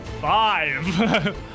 Five